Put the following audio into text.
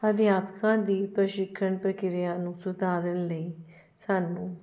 ਅਧਿਆਪਕਾਂ ਦੀ ਪਰਸ਼ਿਖਣ ਪ੍ਰਕਿਰਿਆ ਨੂੰ ਸੁਧਾਰਨ ਲਈ ਸਾਨੂੰ